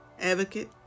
advocate